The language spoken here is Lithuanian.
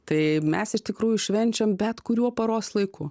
tai mes iš tikrųjų švenčiam bet kuriuo paros laiku